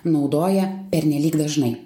naudoja pernelyg dažnai